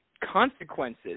consequences